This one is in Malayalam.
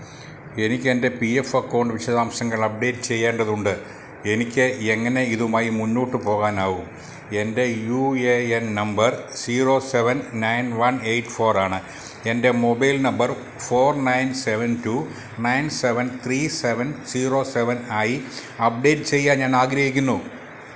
എനിക്കെന്റെ പി എഫ് അക്കൗണ്ട് വിശദാംശങ്ങളപ്ഡേറ്റ് ചെയ്യേണ്ടതുണ്ട് എനിക്ക് എങ്ങനെ ഇതുമായി മുന്നോട്ട് പോകാനാവും എന്റെ U A N number zero seven nine one eight ഫോറാണ് എന്റെ mobile number four nine seven two nine seven three seven zero seven ആയി അപ്ഡേറ്റ് ചെയ്യാൻ ഞാനാഗ്രഹിക്കുന്നു